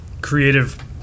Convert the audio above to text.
creative